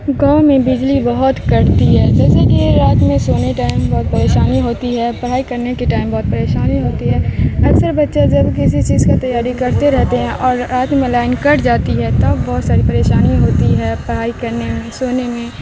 گاؤں میں بجلی بہت کٹتی ہے جیسے کہ رات میں سونے ٹائم بہت پریشانی ہوتی ہے پڑھائی کرنے کے ٹائم بہت پریشانی ہوتی ہے اکثر بچہ جب کسی چیز کا تیاری کرتے رہتے ہیں اور رات میں لائن کٹ جاتی ہے تب بہت ساری پریشانی ہوتی ہے پڑھائی کرنے میں سونے میں